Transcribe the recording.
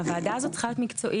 הוועדה הזאת צריכה להיות מקצועית.